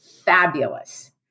fabulous